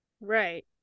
Right